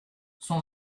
son